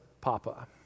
Papa